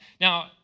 Now